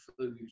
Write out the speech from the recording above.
food